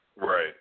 Right